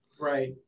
Right